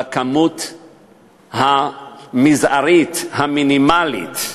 בכמות המזערית, המינימלית,